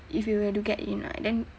if we were to get in right then